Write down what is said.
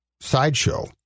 sideshow